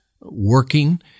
working